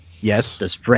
Yes